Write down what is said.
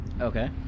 Okay